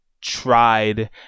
tried